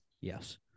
yes